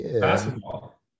basketball